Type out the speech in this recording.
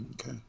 Okay